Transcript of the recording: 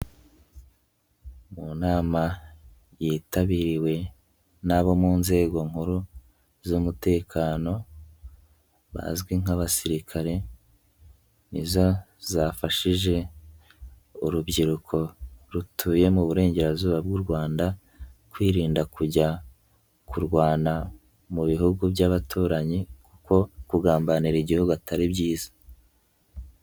Mu nama yitabiriwe n'abo mu nzego nkuru z'umutekano bazwi nk'abasirikare ni zo zafashije urubyiruko rutuye mu Burengerazuba bw'u Rwanda kwirinda kujya kurwana mu Bihugu by'abaturanyi kuko kugambanira Igihugu atari byiza.